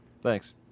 Thanks